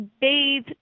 bathe